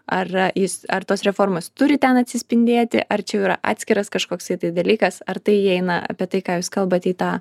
ar jis ar tos reformos turi ten atsispindėti ar čia jau yra atskiras kažkoks dalykas ar tai įeina apie tai ką jūs kalbat į tą